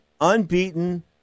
Unbeaten